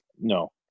no